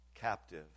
captive